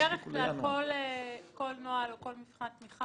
בדרך כלל כל נוהל או כל מבחן תמיכה